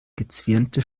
gezwirnte